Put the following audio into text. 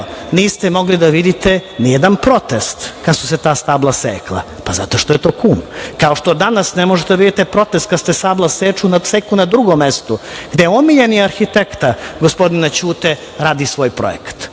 niste mogli da vidite nijedan protest, kada su se ta stabla sekla, pa zato što je to kum. Kao što danas ne možete da vidite protest kada se stabla seku na drugom mestu, gde omiljeni arhitekta gospodina Ćute radi svoj projekat,